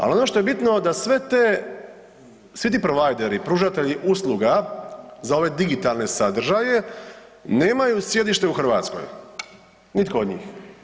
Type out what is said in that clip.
Ali ono što je bitno da svi ti provideri, pružatelji usluga za ove digitalne sadržaje, nemaju sjedište u Hrvatskoj, nitko od njih.